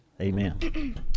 amen